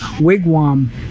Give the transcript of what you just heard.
wigwam